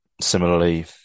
Similarly